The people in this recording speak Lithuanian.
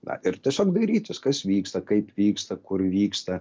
na ir tiesiog dairytis kas vyksta kaip vyksta kur vyksta